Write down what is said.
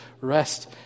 rest